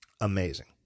Amazing